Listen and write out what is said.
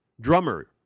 drummer